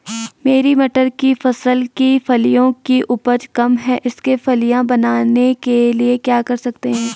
मेरी मटर की फसल की फलियों की उपज कम है इसके फलियां बनने के लिए क्या कर सकते हैं?